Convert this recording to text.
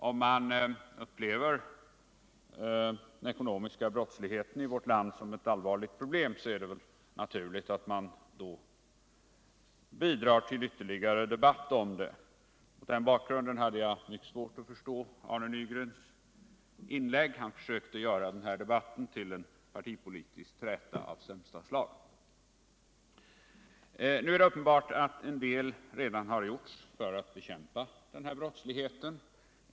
Om man upplever den ekonomiska brottsligheten i vårt land som ett allvarligt problem, är det naturligt att man bidrar till ytterligare debatt om den. Mot den bakgrunden hade jag mycket svårt att förstå Arne Nygrens inlägg. Han försökte göra den här debatten till en partipolitisk träta av sämsta slag. Nu är det uppenbart att en del redan har gjorts för att bekämpa den här brottsligheten.